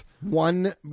One